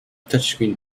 touchscreen